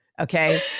Okay